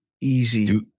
easy